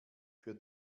für